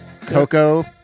Coco